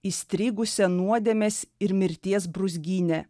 įstrigusia nuodėmės ir mirties brūzgyne